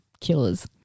killers